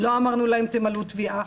לא אמרנו להם 'תמלאו תביעה',